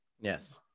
yes